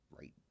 right